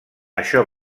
això